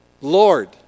Lord